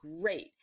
great